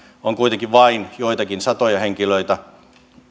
on kuitenkin vain joitakin satoja henkilöitä